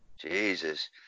Jesus